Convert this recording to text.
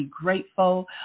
grateful